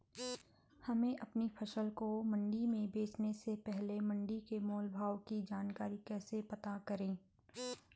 हमें अपनी फसल को मंडी में बेचने से पहले मंडी के मोल भाव की जानकारी कैसे पता करें?